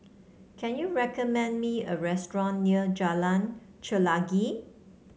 can you recommend me a restaurant near Jalan Chelagi